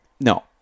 No